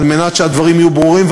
על מנת שהדברים יהיו ברורים,